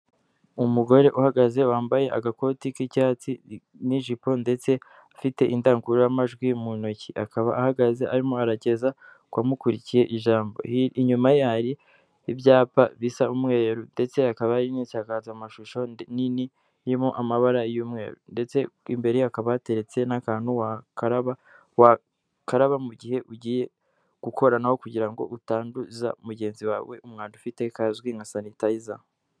Umugore uhagaze wambaye agakoti k'icyatsi n'ijipo ndetse afite indangururamajwi mu ntoki akaba ahagaze arimo arageza ku bamukurikiye ijambo, inyuma ye hari ibyapa bisa umweru ndetse hakaba hari n'insakazamashusho nini irimo amabara y'umweru ndetse imbere ye hakaba hateretse n'akantu wakaraba, wakaraba mu gihe ugiye gukoranaho kugira ngo utanduza mugenzi wawe umwanda ufite kazwi nka sanitayiza.